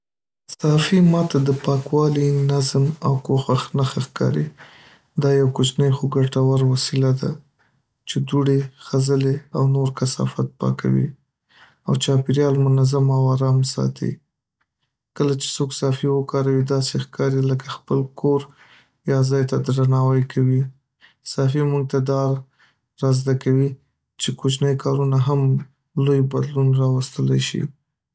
صافي ماته د پاکوالي، نظم او کوښښ نښه ښکاري. دا یو کوچنی خو ګټور وسیله ده چې دوړې، خځلې او نور کثافت پاکوي او چاپېریال منظم او ارام ساتي. کله چې څوک صافي وکاروي، داسې ښکاري لکه خپل کور یا ځای ته درناوی کوي. صافي موږ ته دا را زده کوي چې کوچني کارونه هم لوی بدلون راوستلی شي.